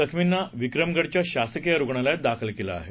जखमींना विक्रमगडच्या शासकीय रुग्णालयात दाखल केलं आहे